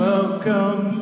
Welcome